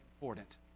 important